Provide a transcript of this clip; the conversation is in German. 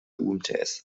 umts